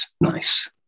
nice